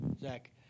Zach